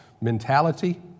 mentality